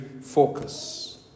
focus